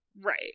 Right